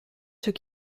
ceux